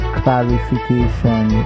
clarification